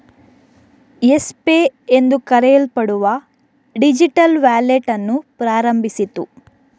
Yes Pay ಎಂದು ಕರೆಯಲ್ಪಡುವ digital wallet ಅನ್ನು ಪ್ರಾರಂಭಿಸಿತು